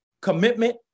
commitment